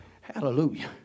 Hallelujah